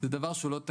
הוא לא תקין.